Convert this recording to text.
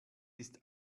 ist